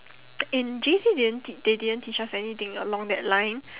in J_C didn't teach they didn't teach us anything along that line